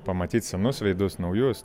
pamatyt senus veidus naujus